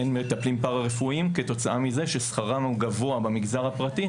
אין מטפלים פרא-רפואיים כתוצאה מזה ששכרם גבוה במגזר הפרטי,